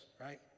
right